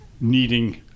needing